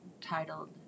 titled